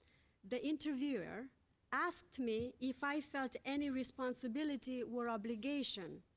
the interviewer asked me if i felt any responsibility or obligation